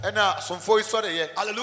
Hallelujah